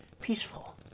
peaceful